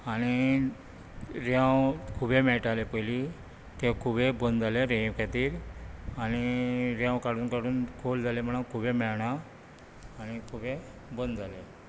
आनी रेंव खुबे मेळटाले पयलीं तें खुबेय बंद जाल्यात रेंवे खातीर आनी रेंव काडून काडून खोल जाली म्हणून खुबें मेळना आनी खुबें बंद जाले